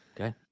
okay